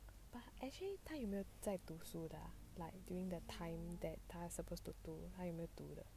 actually 他有没有在读书的 like during the time that 他 suppose to 读